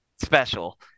special